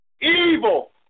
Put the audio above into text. Evil